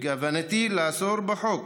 בכוונתי, בחוק